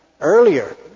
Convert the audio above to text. Earlier